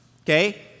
okay